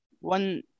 one